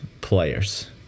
players